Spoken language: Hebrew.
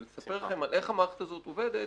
ולספר לכם על איך המערכת הזאת עובדת,